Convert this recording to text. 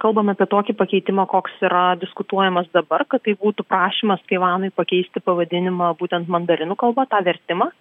kalbame apie tokį pakeitimą koks yra diskutuojamas dabar kad tai būtų prašymas taivanui pakeisti pavadinimą būtent mandarinų kalba tą vertimą